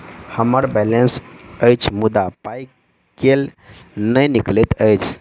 हम्मर बैलेंस अछि मुदा पाई केल नहि निकलैत अछि?